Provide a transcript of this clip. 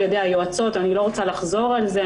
ידי היועצות ואני לא רוצה לחזור עליהם,